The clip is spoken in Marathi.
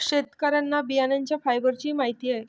शेतकऱ्यांना बियाण्यांच्या फायबरचीही माहिती आहे